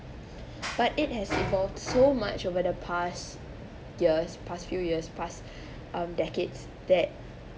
but it has evolved so much over the past years past few years past um decades that